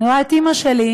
אני רואה את אימא שלי,